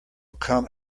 come